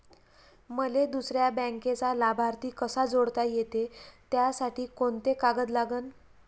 मले दुसऱ्या बँकेचा लाभार्थी कसा जोडता येते, त्यासाठी कोंते कागद लागन?